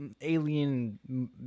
alien